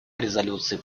резолюции